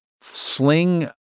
sling